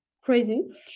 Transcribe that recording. crazy